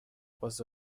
was